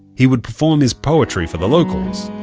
he would perform his poetry for the locals,